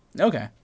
Okay